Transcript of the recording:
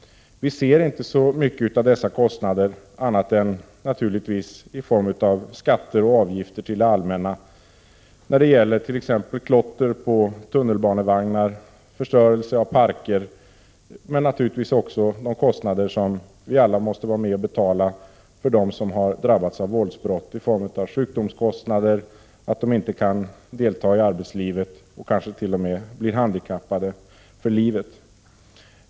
Vi ser inte så mycket av dessa kostnader annat än i form av skatter och avgifter till det allmänna när det gäller t.ex. klotter på tunnelbanevagnar, förstörelse av parker m.m. samt de kostnader som vi alla måste vara med om att betala för dem som drabbats av våldsbrott och som gäller sjukvård och att de drabbade inte kan delta i arbetslivet och kanske t.o.m. blir handikappade för livet.